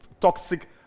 toxic